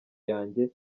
yanjye